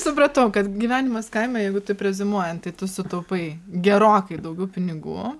supratau kad gyvenimas kaime jeigu tu reziumuojant tai tu sutaupai gerokai daugiau pinigų